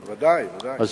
ודאי, ודאי.